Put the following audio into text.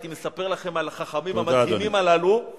הייתי מספר לכם על החכמים המדהימים הללו,